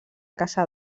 caça